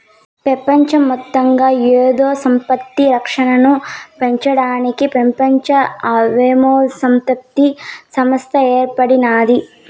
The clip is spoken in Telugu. పెపంచ మొత్తంగా మేధో సంపత్తి రక్షనను పెంచడానికి పెపంచ మేధోసంపత్తి సంస్త ఏర్పడినాది